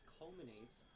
culminates